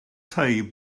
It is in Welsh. tei